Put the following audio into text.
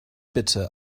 bitte